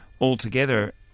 altogether